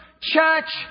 church